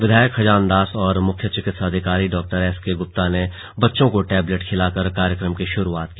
विधायक खजानदास और मुख्य चिकित्सा अधिकारी डॉ एस के गुप्ता ने बच्चों को टेबलेट खिलाकर कार्यक्रम की शुरुआत की